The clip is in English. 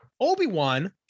Obi-Wan